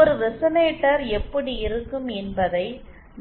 ஒரு ரெசனேட்டர் எப்படி இருக்கும் என்பதை